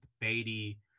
Beatty